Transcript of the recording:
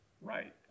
right